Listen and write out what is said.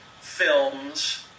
films